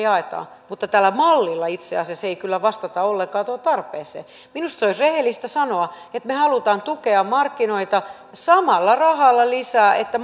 jaamme mutta tällä mallilla itse asiassa ei kyllä vastata ollenkaan tuohon tarpeeseen minusta olisi rehellistä sanoa että me haluamme tukea markkinoita samalla rahalla lisää että